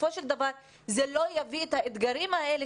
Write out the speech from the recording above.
בסופו של דבר זה לא יביא את האתגרים האלה